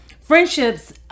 friendships